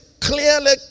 clearly